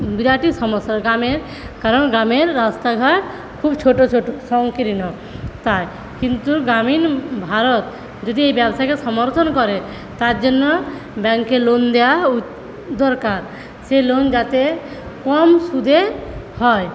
বিরাটই সমস্যা গ্রামের কারণ গ্রামের রাস্তাঘাট খুব ছোটো ছোটো সংকীর্ণ তাই কিন্তু গ্রামীণ ভারত যদি এই ব্যবসাকে সমর্থন করে তার জন্য ব্যাংকে লোন দেওয়া দরকার সে লোন যাতে কম সুদে হয়